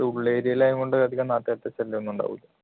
ഈ ഉള്ളേരിയേലായത് കൊണ്ട് അധികം നാട്ടുകാർക്ക് ശല്യമൊന്നും ഉണ്ടാകൂല്ല